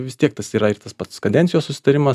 vis tiek tas yra ir tas pats kadencijos susitarimas